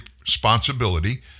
responsibility—